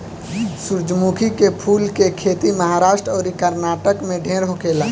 सूरजमुखी के फूल के खेती महाराष्ट्र अउरी कर्नाटक में ढेर होखेला